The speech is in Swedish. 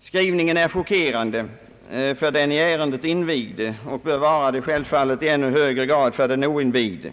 Skrivningen är chockerande för den i ärendet invigde och bör självfallet vara det i ännu högre grad för den oinvigde.